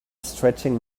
stretching